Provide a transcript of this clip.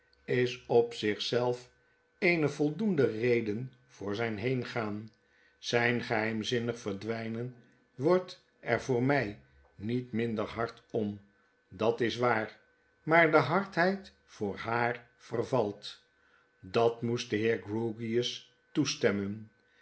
is op zich zelf eene voldoende reden voor zijn heengaan zijn geheimzinnig verdwflnen wordt er voor mij niet minder hard om dat is waar maar de hardheid voor haar vervalt dat moest de heer grpwgious toestemmen